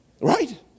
Right